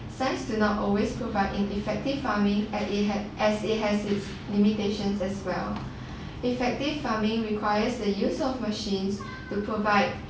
science do not always provide an effective farming as it as it has its limitations as well effective farming requires the use of machines to provide